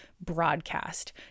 broadcast